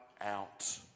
out